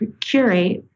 curate